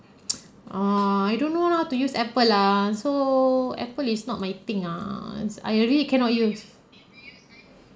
uh I don't know how to use Apple ah so Apple is not my thing ah I really cannot use